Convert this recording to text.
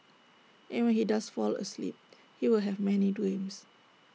and when he does fall asleep he will have many dreams